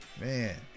man